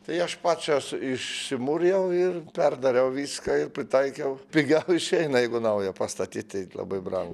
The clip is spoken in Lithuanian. tai aš pats čia s išsimūrijau ir perdariau viską ir pritaikiau pigiau išeina jeigu naują pastatyt tai labai brangu